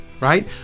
right